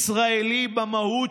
למה,